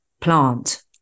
plant